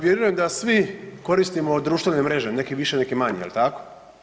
Vjerujem da svi koristimo društvene mreže, neki više, neki manje jel tako?